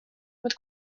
mit